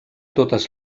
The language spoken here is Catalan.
totes